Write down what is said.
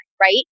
right